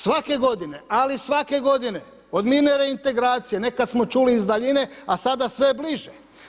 Svake godine, ali svake godine od mirne reintegracije nekada smo čuli iz daljine, a sada sve bliže.